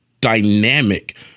dynamic